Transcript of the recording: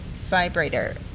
vibrator